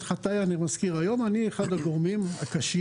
את חטאיי אני מזכיר היום: אני אחד הגורמים הקשים